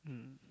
mm